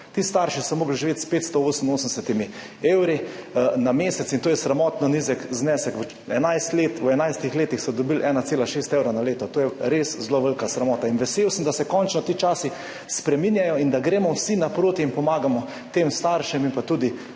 Ti starši so morali živeti s 588 evri na mesec in to je sramotno nizek znesek, v 11 letih so dobili 1,6 evra na leto, to je res zelo velika sramota. Vesel sem, da se končno ti časi spreminjajo in da gremo vsi naproti in pomagamo tem staršem, pa tudi